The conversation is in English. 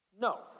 No